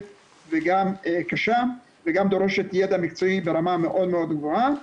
וגם קשה וגם דורשת ידע מקצועי ברמה מאוד גבוהה,